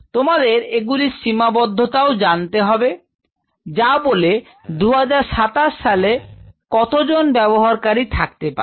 তোমাদের এগুলির সীমাবদ্ধতাও জানতে হবে যা বলে 2027 সালে কতজন ব্যবহারকারী থাকতে পারে